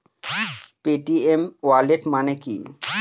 Paytm wallet মানে কি?